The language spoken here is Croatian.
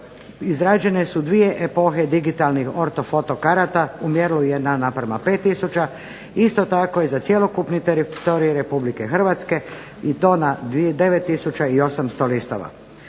Izrađene su dvije epohe digitalnih ortofoto karata u mjerilu 1:5000. Isto tako i za cjelokupni teritorij Republike Hrvatske i to na 9800 listova.